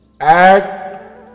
act